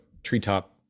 Treetop